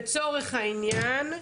לצורך העניין,